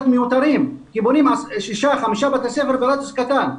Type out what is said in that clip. מיותרים כי בונים 6-5 בתי ספר ברדיוס קטן.